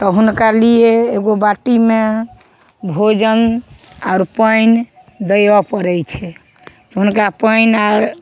तऽ हुनका लिए एगो बाटीमे भोजन आओर पानि देबऽ पड़ै छै हुनका पानि आर